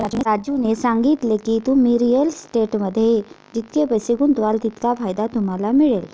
राजूने सांगितले की, तुम्ही रिअल इस्टेटमध्ये जितके पैसे गुंतवाल तितका फायदा तुम्हाला मिळेल